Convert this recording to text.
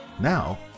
Now